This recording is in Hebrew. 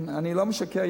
אני לא משקר,